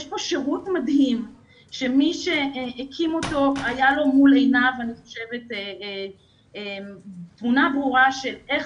יש פה שירות מדהים שמי שהקים אותו הייתה לו תמונה ברורה של איך